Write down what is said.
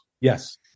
Yes